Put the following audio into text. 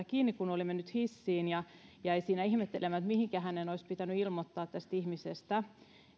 kiinni kun oli mennyt hissiin ja jäi siinä ihmettelemään että mihinkä hänen olisi pitänyt ilmoittaa tästä ihmisestä